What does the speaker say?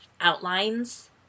outlines